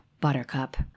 buttercup